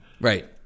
Right